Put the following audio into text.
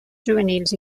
juvenils